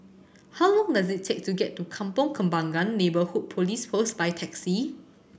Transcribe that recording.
how long does it take to get to Kampong Kembangan Neighbourhood Police Post by taxi